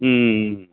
ம் ம் ம்